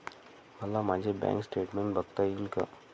मला माझे bank statement बघता येईल का?